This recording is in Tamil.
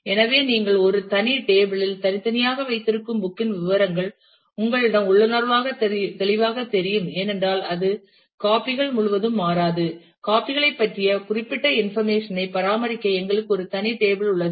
எனவே நீங்கள் ஒரு தனி டேபிள் இல் தனித்தனியாக வைத்திருக்கும் புக் இன் விவரங்கள் உங்களிடம் உள்ளுணர்வுடன் தெளிவாகத் தெரியும் ஏனென்றால் அது காபி கள் முழுவதும் மாறாது காபி களைப் பற்றிய குறிப்பிட்ட இன்ஃபர்மேஷன் ஐ பராமரிக்க எங்களுக்கு ஒரு தனி டேபிள் உள்ளது